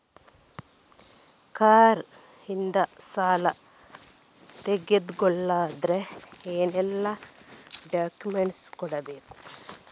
Car ಇಂದ ಸಾಲ ತಗೊಳುದಾದ್ರೆ ಏನೆಲ್ಲ ಡಾಕ್ಯುಮೆಂಟ್ಸ್ ಕೊಡ್ಬೇಕು?